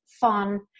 fun